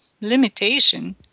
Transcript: limitation